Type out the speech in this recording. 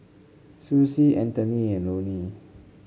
Sussie Antony and Lonie